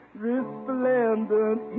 resplendent